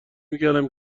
میکردم